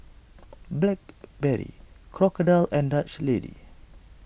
Blackberry Crocodile and Dutch Lady